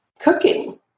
cooking